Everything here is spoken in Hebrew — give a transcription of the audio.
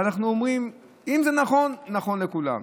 ואנחנו אומרים: אם זה נכון, נכון לכולם,